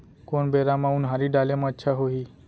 कोन बेरा म उनहारी डाले म अच्छा होही?